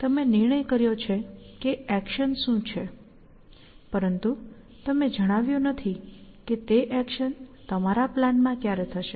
તમે નિર્ણય કર્યો છે કે એક્શન શું છે પરંતુ તમે જણાવ્યું નથી કે તે એક્શન તમારા પ્લાનમાં ક્યારે થશે